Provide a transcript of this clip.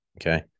Okay